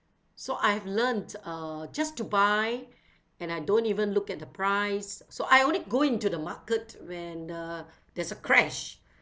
so I have learnt uh just to buy and I don't even look at the price so I only go into the market when uh there's a crash